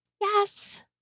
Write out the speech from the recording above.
Yes